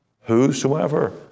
whosoever